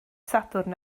sadwrn